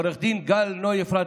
לעו"ד גל נוי אפרת,